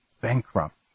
bankrupt